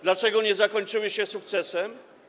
Dlaczego nie zakończyły się sukcesem?